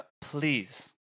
please